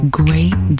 great